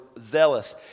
zealous